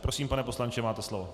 Prosím, pane poslanče, máte slovo.